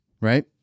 right